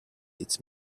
its